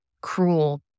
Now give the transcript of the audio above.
cruel